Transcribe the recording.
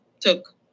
took